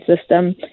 system